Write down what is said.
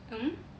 mm